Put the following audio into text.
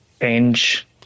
change